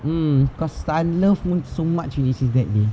mm cause sun loved moon so much ever since that day